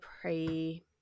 pre